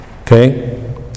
okay